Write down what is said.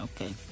Okay